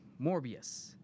Morbius